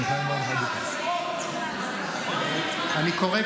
אני קורא,